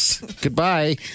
Goodbye